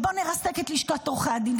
ובואו נרסק את לשכת עורכי הדין,